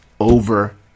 over